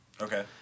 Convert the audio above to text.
Okay